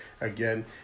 Again